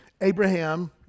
Abraham